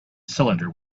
cylinder